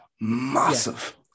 massive